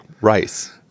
rice